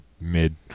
mid